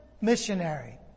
missionary